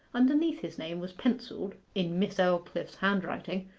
underneath his name was pencilled, in miss aldclyffe's handwriting,